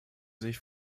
sich